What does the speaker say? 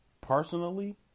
personally